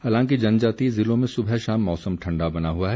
हालांकि जनजातीय ज़िलों में सुबह शाम मौसम ठण्डा बना हुआ है